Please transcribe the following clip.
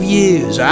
years